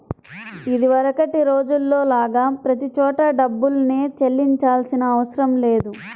ఇదివరకటి రోజుల్లో లాగా ప్రతి చోటా డబ్బుల్నే చెల్లించాల్సిన అవసరం లేదు